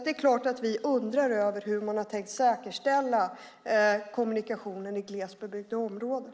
Det är klart att vi undrar över hur man har tänkt säkerställa kommunikationen i glesbebyggda områden.